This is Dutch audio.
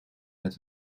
met